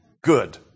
good